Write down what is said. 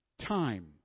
time